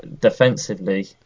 Defensively